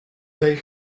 they